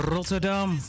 Rotterdam